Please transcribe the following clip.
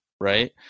Right